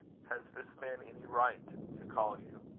has this man any right to call you?